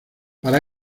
para